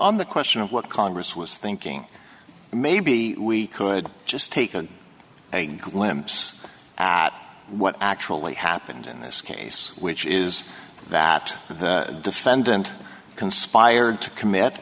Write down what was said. on the question of what congress was thinking maybe we could just taken a glimpse at what actually happened in this case which is that the defendant conspired to commit